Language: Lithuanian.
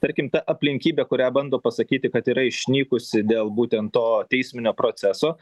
tarkim ta aplinkybė kurią bando pasakyti kad yra išnykusi dėl būtent to teisminio proceso